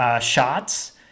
shots